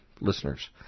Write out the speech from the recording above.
listeners